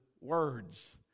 words